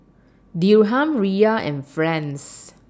Dirham Riyal and France